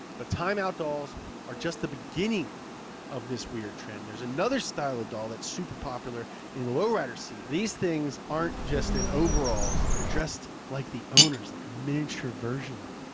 but timeout dolls are just the beginning of this weird trend. there's another style of doll that's super popular in the low rider scene. these things aren't just in overalls. they're dressed like the owners, like a miniature version of